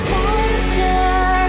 Monster